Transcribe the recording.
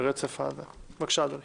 בבקשה, אדוני.